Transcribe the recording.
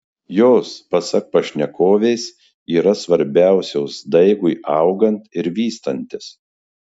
jos pasak pašnekovės yra svarbiausios daigui augant ir vystantis